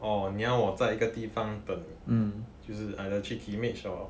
orh 你要我在一个地方等就是 either 就是去 Kimage or